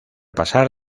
pasar